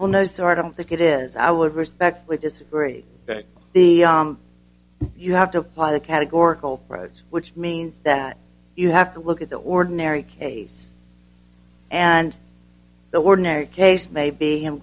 well no so i don't think it is i would respectfully disagree that the you have to apply the categorical rights which means that you have to look at the ordinary case and the ordinary case may be him